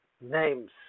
names